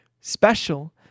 special